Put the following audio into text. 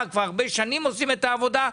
הם כבר הרבה שנים עושים את העבודה.